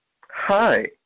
Hi